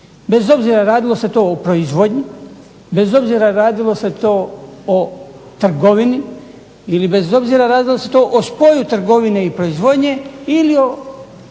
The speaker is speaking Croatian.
bez obzira radilo se to o proizvodnji, bez obzira radilo se to o trgovini ili bez obzira radilo se to o spoju trgovine i proizvodnje ili o